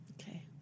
Okay